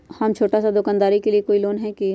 हम छोटा सा दुकानदारी के लिए कोई लोन है कि?